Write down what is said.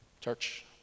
Church